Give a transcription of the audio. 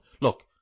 look